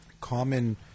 common